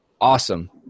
awesome